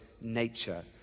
nature